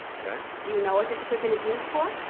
okay. do you know what this equipment is used for?